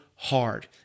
hard